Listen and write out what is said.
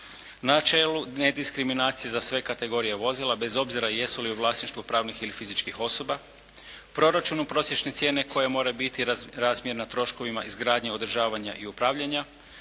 načelu nediskriminacije za sve kategorije vozila bez obzira jesu li u vlasništvu pravnih ili fizičkih osoba, proračunu prosječne cijene koja mora biti razmjerna troškovima izgradnje, održavanja i upravljanja,